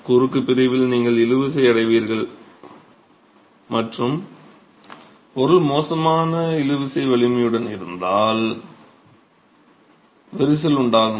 குறுக்கு பிரிவில் இழுவிசை அடைவீர்கள் மற்றும் பொருள் மோசமான இழுவிசை வலிமையுடன் இருந்தால் விரிசல் உண்டாகும்